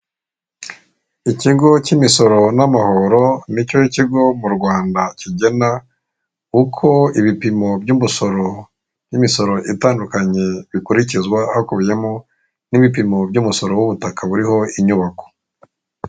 Ikigo cy'imisoro n'amahoro nicyo kigo mu Rwanda kigena uko ibipimo by'umusoro n'imisoro itandukanye bikurikizwa hakubiyemo n'ibipimo by'umusoro w'ubutaka buriho inyubako.